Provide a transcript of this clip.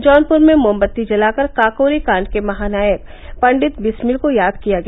जौनपुर में मोमबत्ती जलाकर काकोरी काण्ड के महानायक पंडित बिस्मिल को याद किया गया